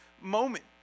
moment